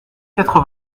quatre